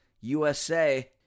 USA